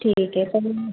ठीक आहे पण